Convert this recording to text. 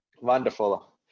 wonderful